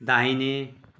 दाहिने